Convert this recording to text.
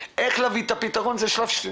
לראות איך האנשים האלה שרכשו או שירכשו את הדירות,